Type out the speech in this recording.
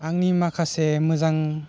आंनि माखासे मोजां